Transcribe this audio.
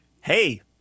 Hey